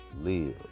live